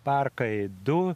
parkai du